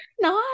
nice